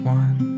one